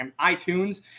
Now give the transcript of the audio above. iTunes